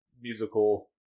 musical